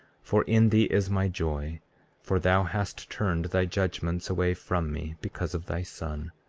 for in thee is my joy for thou hast turned thy judgments away from me, because of thy son